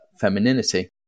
femininity